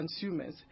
consumers